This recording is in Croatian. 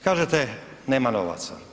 Kažete, nema novaca.